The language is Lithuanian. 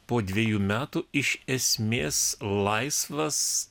po dvejų metų iš esmės laisvas